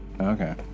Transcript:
Okay